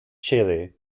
chile